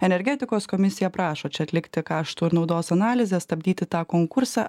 energetikos komisija prašo čia atlikti kaštų ir naudos analizę stabdyti tą konkursą